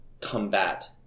combat